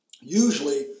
Usually